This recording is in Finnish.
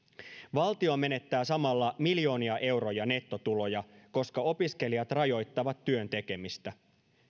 valtio menettää samalla miljoonia euroja nettotuloja koska opiskelijat rajoittavat työn tekemistä